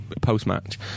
post-match